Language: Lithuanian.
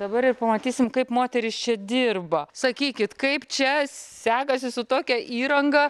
dabar ir pamatysim kaip moterys čia dirba sakykit kaip čia sekasi su tokia įranga